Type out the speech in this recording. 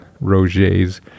roger's